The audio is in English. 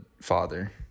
father